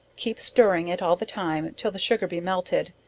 keep stirring it all the time till the sugar be melted,